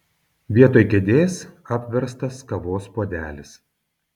vietoj kėdės apverstas kavos puodelis